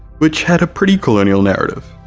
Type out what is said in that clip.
which had a pretty colonial narrative,